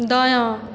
दायाँ